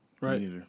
Right